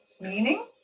meaning